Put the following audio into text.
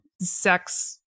sex